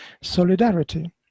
solidarity